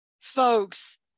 folks